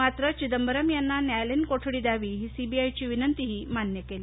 मात्र चिदंबरम यांना न्यायालयीन कोठडी द्यावी ही सीबीआयची विनंतीही मान्य केली